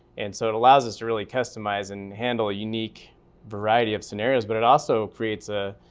and so it allows us to really customize and handle a unique variety of scenarios, but it also creates a,